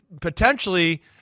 potentially